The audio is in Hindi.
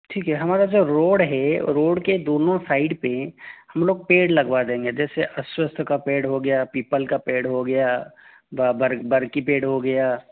ठीक है हमारा जो रोड़ है रोड़ के दोनों साइड पर हम लोग पेड़ लगवा देंगे जैसे अस्वस्थ का पेड़ हो गया पीपल का पेड़ हो गया बर बर की पेड़ हो गया